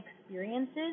experiences